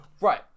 right